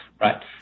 right